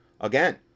again